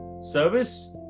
service